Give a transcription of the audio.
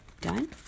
done